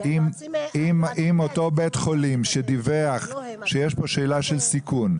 אם אותו בית חולים שדיווח שיש פה שאלה של סיכון,